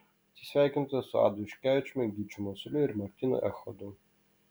atsisveikinote su adu juškevičiumi gyčiu masiuliu ir martynu echodu